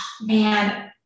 man